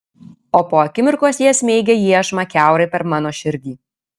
o po akimirkos jie smeigia iešmą kiaurai per mano širdį